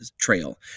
trail